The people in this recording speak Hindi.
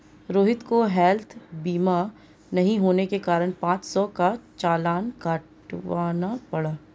रोहित को हैल्थ बीमा नहीं होने के कारण पाँच सौ का चालान कटवाना पड़ा